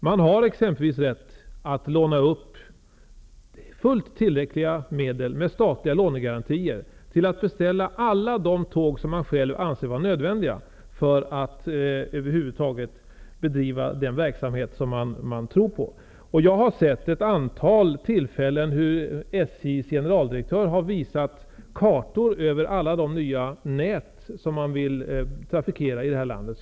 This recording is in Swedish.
Man har exempelvis rätt att låna upp fullt tillräckliga medel med statliga lånegarantier till att beställa alla de tåg som man själv anser vara nödvändiga för att över huvud taget bedriva den verksamhet som man tror på. Jag har vid ett antal tillfällen sett hur SJ:s generaldirektör har visat kartor över alla de nya nät som man vill trafikera i vårt land.